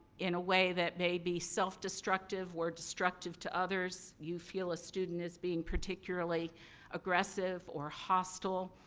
in a way that may be self-destructive or destructive to others you feel a student is being particularly aggressive or hostile,